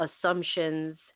assumptions